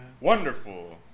Wonderful